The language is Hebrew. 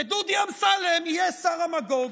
ודודי אמסלם יהיה שר המגוג,